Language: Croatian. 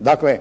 Dakle,